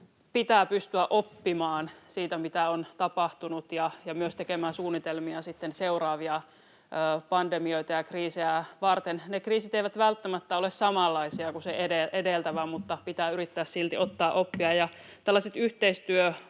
pitää pystyä oppimaan siitä, mitä on tapahtunut ja myös tekemään suunnitelmia sitten seuraavia pandemioita ja kriisejä varten. Ne kriisit eivät välttämättä ole samanlaisia kuin se edeltävä, mutta pitää yrittää silti ottaa oppia.